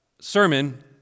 sermon